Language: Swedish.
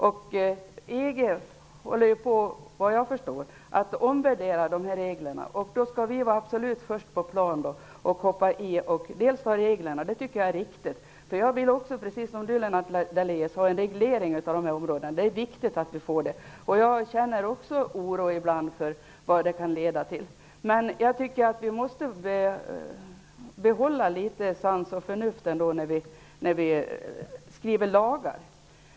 Vad jag förstår håller EG på att omvärdera dessa regler. Skall vi då vara först på plan? Jag tycker att det är riktigt i fråga om reglerna. Precis som Lennart Daléus vill jag ha en reglering av dessa områden. Det är viktigt att vi får det. Jag känner ibland också oro för vad detta kan leda till. Men vi måste behålla litet sans och förnuft när vi skriver lagar.